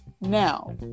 Now